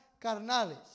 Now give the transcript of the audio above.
carnales